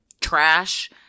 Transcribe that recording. trash